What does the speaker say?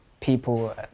people